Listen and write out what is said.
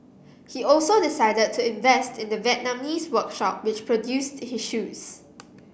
he also decided to invest in the Vietnamese workshop which produced his shoes